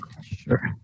Sure